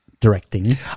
directing